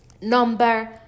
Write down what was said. Number